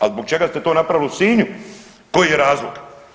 Al zbog čega ste to napravili u Sinju, koji je razlog?